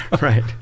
Right